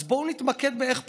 אז בואו נתמקד באיך פותחים,